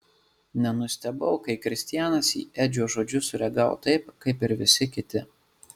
nenustebau kai kristianas į edžio žodžius sureagavo taip kaip ir visi kiti